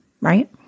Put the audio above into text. right